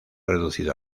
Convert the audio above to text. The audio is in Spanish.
reducido